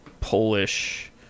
Polish